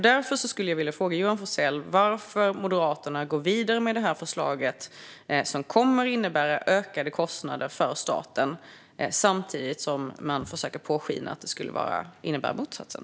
Därför vill jag fråga Johan Forssell varför Moderaterna går vidare med det här förslaget som kommer att innebära ökade kostnader för staten, samtidigt som man försöker påskina att det skulle innebära motsatsen.